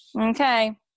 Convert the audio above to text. Okay